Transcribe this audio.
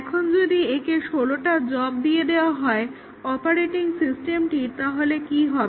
এখন যদি একে ষোলটা জব দিয়ে দেওয়া হয় অপারেটিং সিস্টেমটির তাহলে কি হবে